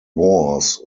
wars